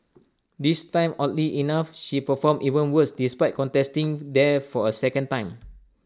this time oddly enough she performed even worse despite contesting there for A second time